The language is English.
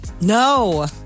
No